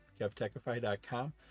kevtechify.com